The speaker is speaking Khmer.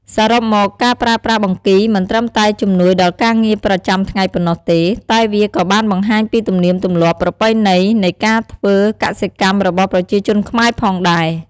សរុបមក ការប្រើប្រាស់បង្គីមិនត្រឹមតែជំនួយដល់ការងារប្រចាំថ្ងៃប៉ុណ្ណោះទេ តែវាក៏បានបង្ហាញពីទំនៀមទម្លាប់ប្រពៃណីនៃការធ្វើកសិកម្មរបស់ប្រជាជនខ្មែរផងដែរ។